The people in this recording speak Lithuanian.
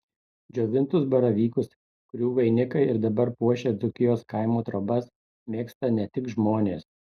džiovintus baravykus kurių vainikai ir dabar puošia dzūkijos kaimo trobas mėgsta ne tik žmonės